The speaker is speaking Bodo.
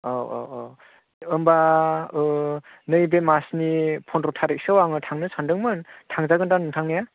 औ औ औ होनबा नैबे मासनि पन्द्र' तारिखसोआव आङो थांनो सान्दोंमोन थांजागोन दा नोंथांनिया